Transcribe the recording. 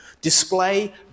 Display